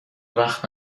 وقت